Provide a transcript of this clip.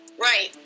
right